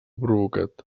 provocat